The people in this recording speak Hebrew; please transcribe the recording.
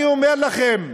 אני אומר לכם,